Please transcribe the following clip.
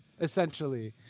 essentially